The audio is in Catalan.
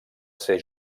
ser